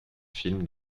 films